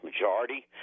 majority